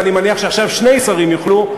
ואני מניח שעכשיו שני שרים יוכלו,